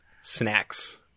snacks